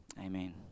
Amen